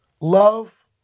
love